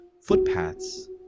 footpaths